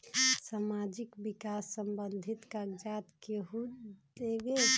समाजीक विकास संबंधित कागज़ात केहु देबे?